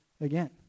again